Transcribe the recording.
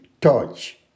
touch